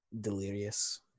delirious